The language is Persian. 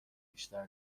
بیشتر